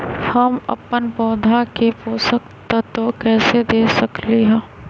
हम अपन पौधा के पोषक तत्व कैसे दे सकली ह?